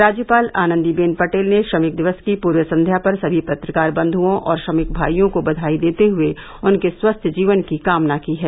राज्यपाल आनन्दीबेन पटेल ने श्रमिक दिवस की पूर्व संध्या पर समी पत्रकार बंध्यों और श्रमिक भाइयों को बधाई देते हुए उनके स्वस्थ जीवन की कामना की है